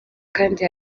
kandi